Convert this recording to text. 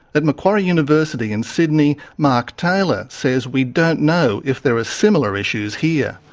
at macquarie university in sydney, mark taylor says we don't know if there are similar issues here.